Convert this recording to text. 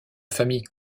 famille